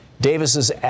Davis's